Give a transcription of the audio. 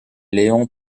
léon